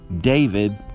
David